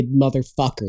motherfuckers